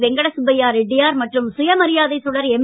வெங்கடசுப்பா ரெட்டியார் மற்றும் சுயமரியாதை சுடர் எம்